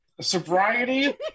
sobriety